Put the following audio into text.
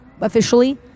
officially